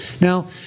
Now